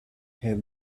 have